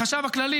החשב הכללי,